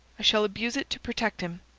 shall abuse it to protect him.